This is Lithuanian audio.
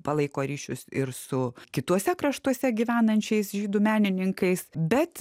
palaiko ryšius ir su kituose kraštuose gyvenančiais žydų menininkais bet